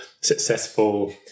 successful